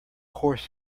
course